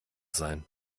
sein